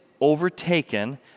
overtaken